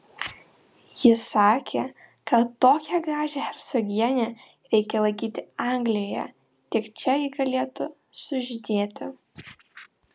jis sakė kad tokią gražią hercogienę reikia laikyti anglijoje tik čia ji galėtų sužydėti